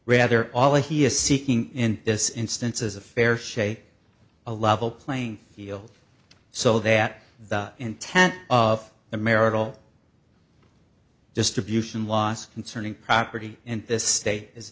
rather all he is seeking in this instance is a fair shake a level playing field so that the intent of the marital distribution loss concerning property in this state i